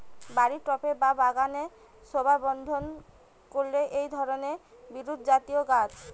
বাড়ির টবে বা বাগানের শোভাবর্ধন করে এই ধরণের বিরুৎজাতীয় গাছ